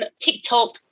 TikTok